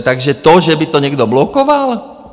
Takže to, že by to někdo blokoval?